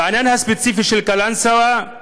בעניין הספציפי של קלנסואה,